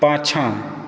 पाछाँ